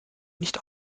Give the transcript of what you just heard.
nicht